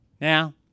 Now